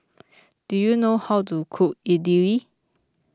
do you know how to cook Idili